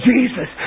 Jesus